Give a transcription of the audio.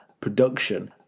production